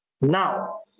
Now